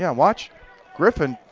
yeah watch griffin,